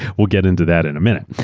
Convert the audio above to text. we'll get into that in a minute.